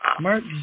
Mark